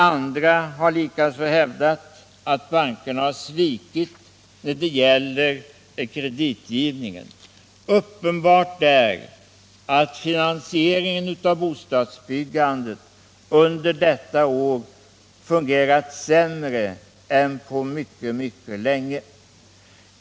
Andra har hävdat att bankerna svikit när det gällt kreditgivningen. Uppenbart är att finansieringen av bostadsbyggandet under detta år fungerat sämre än på mycket, mycket länge.